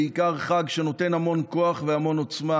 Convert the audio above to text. בעיקר חג שנותן המון כוח והמון עוצמה,